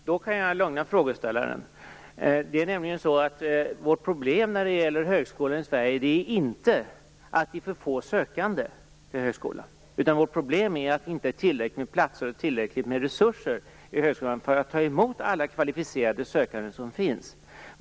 Fru talman! Det framgick inte klart av första frågan att den verkligen gällde detta. Då kan jag lugna frågeställaren. Vårt problem när det gäller höskolorna i Sverige är inte att det är för få sökande. Problemet är att det inte finns tillräckligt med platser och resurser för att ta emot alla kvalificerade sökande.